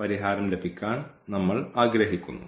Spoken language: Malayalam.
പരിഹാരം ലഭിക്കാൻ നമ്മൾ ആഗ്രഹിക്കുന്നു